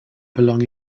belong